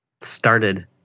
started